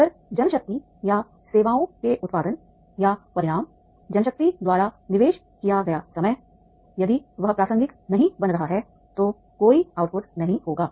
अगर जनशक्ति या सेवाओं के उत्पादन या परिणाम जनशक्ति द्वारा निवेश किया गया समय यदि वह प्रासंगिक नहीं बन रहा है तो कोई आउटपुट नहीं होगा